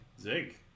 Zig